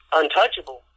untouchable